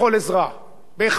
בהחלט, והלב נשבר.